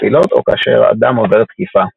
נפילות או כאשר אדם עובר תקיפה.